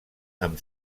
amb